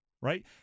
right